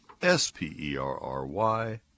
S-P-E-R-R-Y